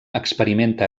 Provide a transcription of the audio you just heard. experimenta